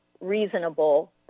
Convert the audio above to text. reasonable